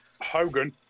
Hogan